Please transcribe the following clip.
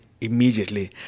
immediately